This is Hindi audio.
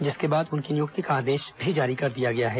जिसके बाद उनकी नियुक्ति का आदेश जारी कर दिया गया है